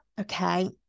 okay